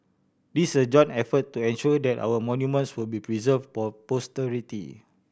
this is a joint effort to ensure that our monuments will be preserve for posterity